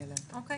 או (14)